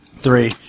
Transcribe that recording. Three